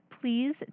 Please